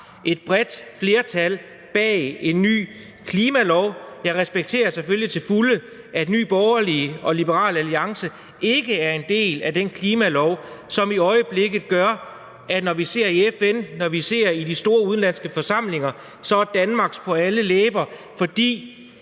et bredt flertal bag en ny klimalov. Jeg respekterer selvfølgelig til fulde, at Nye Borgerlige og Liberal Alliance ikke er en del af den klimalov, som i øjeblikket gør, at når vi ser på FN og vi ser på de store udenlandske forsamlinger, så er Danmark på alle læber, fordi